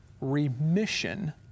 remission